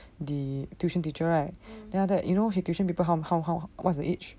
the tuition teacher right then after that you know she tuition people how how how what's the age